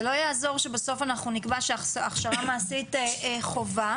זה לא יעזור שבסוף אנחנו נקבע שהכשרה מעשית חובה,